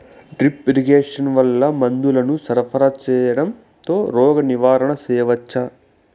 Drip irrigation వల్ల మందులను సరఫరా సేయడం తో రోగ నివారణ చేయవచ్చా?